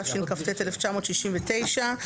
תשכ"ט-1969 ,